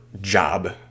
job